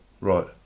right